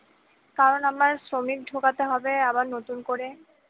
কারণ আমার শ্রমিক ঢোকাতে হবে আবার নতুন করে